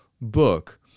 book